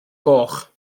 goch